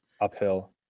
Uphill